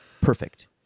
Perfect